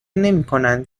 نمیکنند